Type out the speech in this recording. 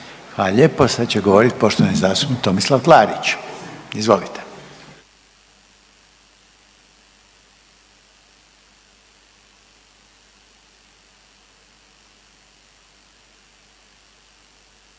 Hvala lijepo. Sad će govoriti poštovani zastupnik Tomislav Klarić. Izvolite.